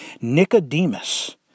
Nicodemus